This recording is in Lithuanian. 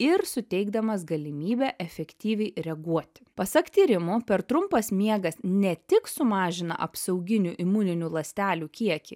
ir suteikdamas galimybę efektyviai reaguoti pasak tyrimų per trumpas miegas ne tik sumažina apsauginių imuninių ląstelių kiekį